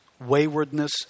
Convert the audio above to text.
waywardness